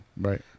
Right